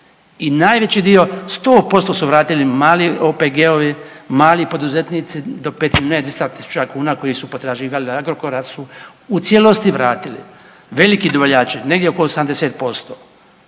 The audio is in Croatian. i najveći dio 100% su vratili mali OPG-ovi, mali poduzetnici do …/Govornik se ne razumije/…tisuća kuna koji su potraživali od Agrokora su u cijelosti vratili, veliki dobavljači negdje oko 80%,